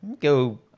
go